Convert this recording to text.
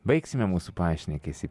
baigsime mūsų pašnekesį